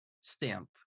stamp